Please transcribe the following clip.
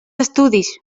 estudis